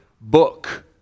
book